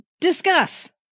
discuss